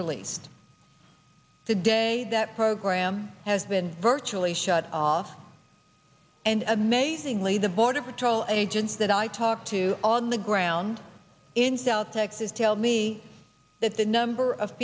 released today that program has been virtually shut off and amazingly the border patrol agents that i talked to on the ground in south texas tell me that the number of